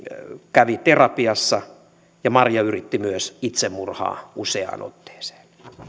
kävi terapiassa ja maria yritti myös itsemurhaa useaan otteeseen